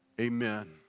amen